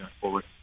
forward